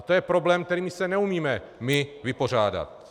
To je problém, s kterým my se neumíme vypořádat.